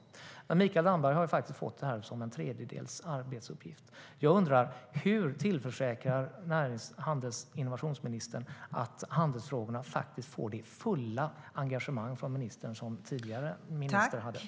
Men Mikael Damberg har fått detta som en tredjedels arbetsuppgift. Jag undrar: Hur tillförsäkrar närings, handels och innovationsministern att handelsfrågorna får det fulla engagemang från ministern som den tidigare ministern hade?